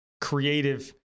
creative